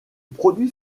produit